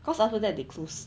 cause after that they close